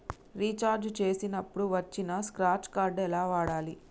Recharge చేసినప్పుడు వచ్చిన scratch card ఎలా వాడాలి?